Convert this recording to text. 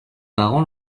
parents